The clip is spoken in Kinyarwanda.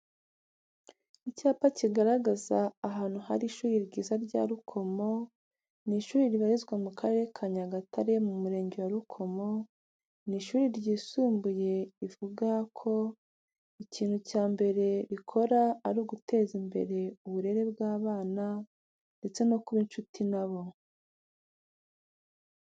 Icyapa kigaragaza ahantu hari ishuri ryiza rya Rukomo, ni ishuri ribarizwa mu Karere ka Nyagatare mu Murenge wa Rukomo, ni ishuri ryisumbuye rivuga ko ikintu cya mbere rikora ari uguteza imbere uburere bw'abana ndetse no kuba inshuti nabo.